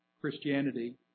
Christianity